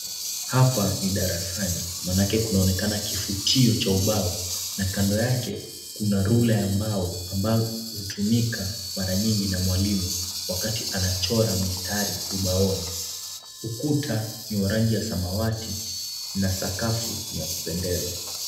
Hapa ni darasani manake kunaonekana kifutio cha ubao na kando yake kuna rula ya mbao ambayo hutumika mara nyingi na mwalimu ambapo anachora laini ubaoni. Ukuita ni wa rangi ya samawati na sakafu ni ya kupendeza.